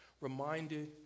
reminded